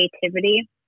creativity